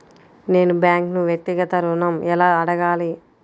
నేను బ్యాంక్ను వ్యక్తిగత ఋణం ఎలా అడగాలి?